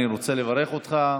אני רוצה לברך אותך,